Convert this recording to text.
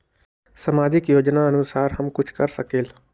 सामाजिक योजनानुसार हम कुछ कर सकील?